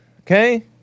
okay